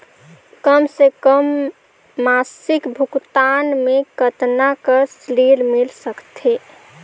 कम से कम मासिक भुगतान मे कतना कर ऋण मिल सकथे?